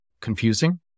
confusing